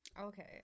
Okay